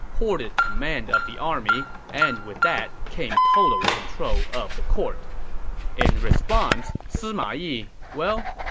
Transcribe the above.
hoarded command of the army, and with that came total control of the court in response, sima yi, well,